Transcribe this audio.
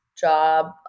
job –